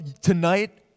Tonight